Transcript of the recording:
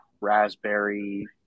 raspberry